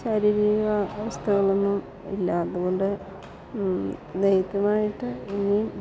ശാരീരിക അവസ്ഥകളൊന്നും ഇല്ല അതുകൊണ്ട് ഈ നെയ്ത്തുമായിട്ട് ഇനിയും